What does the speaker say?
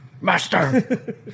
master